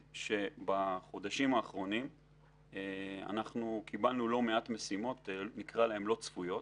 בחודשים האחרונים קיבלנו לא מעט משימות לא צפויות